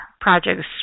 projects